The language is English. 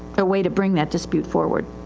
a way to bring that dispute forward.